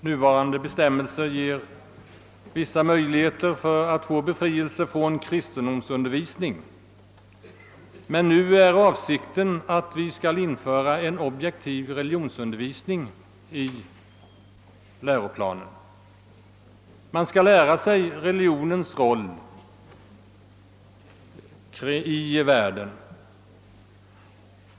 Nuvarande bestämmelser ger vissa möjligheter till befrielse från kristendomsundervisning, men nu är avsikten att vi skall införa en objektiv religionsundervisning i läroplanen. Man skall lära sig religionens roll i världen.